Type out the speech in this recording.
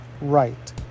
right